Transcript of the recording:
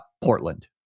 Portland